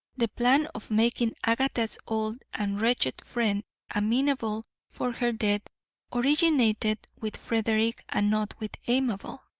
the plan of making agatha's old and wretched friend amenable for her death originated with frederick and not with amabel.